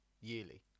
yearly